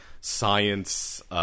science